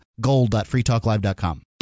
gold.freetalklive.com